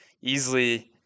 easily